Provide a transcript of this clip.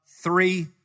three